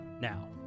Now